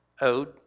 Ode